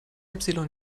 epsilon